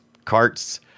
carts